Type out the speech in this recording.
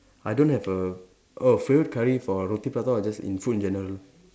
I don't have a oh favorite curry for roti prata or just in food in general